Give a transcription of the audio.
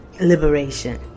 liberation